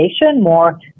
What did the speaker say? more